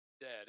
dead